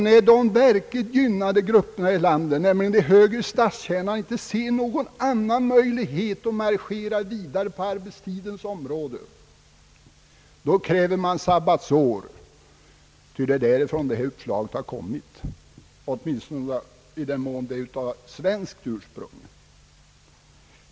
När de verkligt gynnade grupperna i samhället, nämligen de högre statstjänarna och liknande yrkesgrupper, inte ser någan annan möjlighet att marschera vidare på arbetstidens område, kräver man sabbatsår — det är därifrån det här uppslaget har kommit, åtminstone i den mån det är av svenskt ursprung.